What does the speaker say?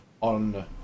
on